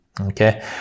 okay